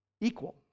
equal